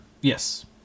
Yes